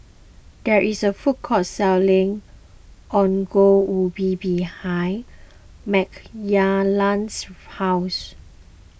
there is a food court selling Ongol Ubi behind Mckayla's house